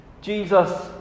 Jesus